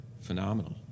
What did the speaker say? phenomenal